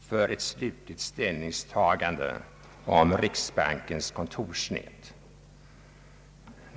för ett slutligt ställningstagande vad gäller riksbankens kontorsnät.